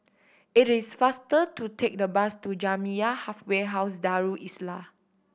it is faster to take the bus to Jamiyah Halfway House Darul Islah